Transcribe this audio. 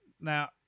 Now